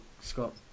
Scott